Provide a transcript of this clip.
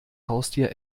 haustier